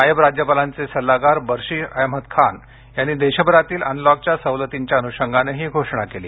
नायब राज्यपालांचे सल्लागार बशीर अहमद खान यांनी देशभरातील अनलॉकच्या सवलतींच्या अनुशंगानं ही घोषणा केली